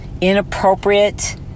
inappropriate